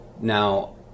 Now